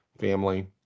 family